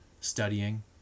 studying